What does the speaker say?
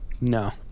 No